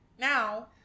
now